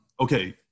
okay